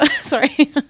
Sorry